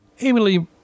Emily